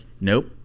nope